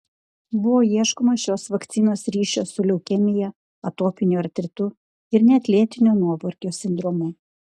buvo ieškoma šios vakcinos ryšio su leukemija atopiniu artritu ir net lėtinio nuovargio sindromu